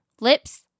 lips